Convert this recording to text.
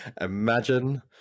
Imagine